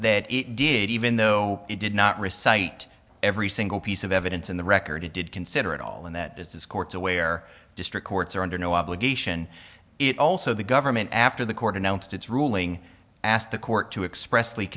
that it did even though he did not receive every single piece of evidence in the record he did consider at all and that is this court's aware district courts are under no obligation it also the government after the court announced its ruling ask the court to express